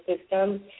system